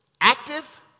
active